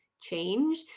change